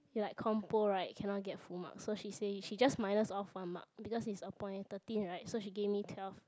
he like compo right cannot get full marks so she say she just minus off one mark because it's upon thirteen right so she give me twelve